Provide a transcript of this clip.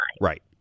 Right